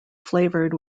flavored